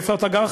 איפה אתה גר,